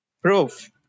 proof